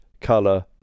color